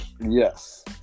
Yes